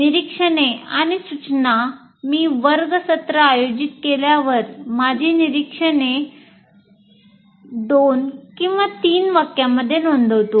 निरीक्षणे आणि सूचनाः मी वर्ग सत्र आयोजित केल्यावर माझी निरीक्षणे 2 किंवा 3 वाक्यांमध्ये नोंदवतो